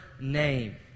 name